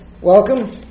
welcome